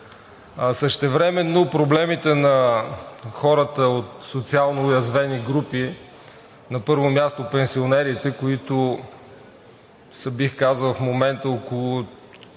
Същевременно проблемите на хората от социално уязвими групи – на първо място, пенсионерите, които в момента са около